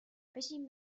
بشین